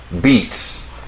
beats